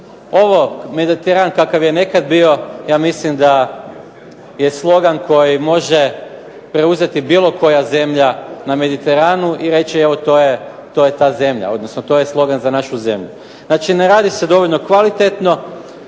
Ovo Mediteran kakav je nekad bio ja mislim da je slogan koji može preuzeti bilo koja zemlja na Mediteranu i reći evo to je ta zemlja, odnosno to je slogan za našu zemlju. Znači, ne radi se dovoljno kvalitetno.